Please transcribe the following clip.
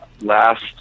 last